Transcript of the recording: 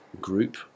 group